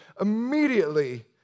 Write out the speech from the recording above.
immediately